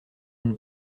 une